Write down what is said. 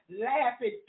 laughing